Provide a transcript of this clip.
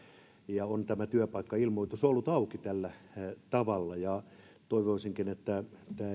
tämä työpaikkailmoitus on ollut auki tällä tavalla toivoisinkin että tämä ei